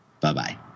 Bye-bye